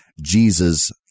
Jesus